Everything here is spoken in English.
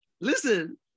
Listen